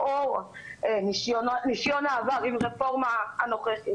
לאור ניסיון העבר עם הרפורמה הנוכחית,